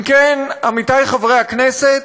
אם כן, עמיתי חברי הכנסת,